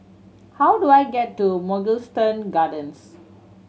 how do I get to Mugliston Gardens